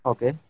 Okay